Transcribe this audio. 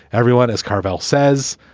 everyone is. carve-outs says,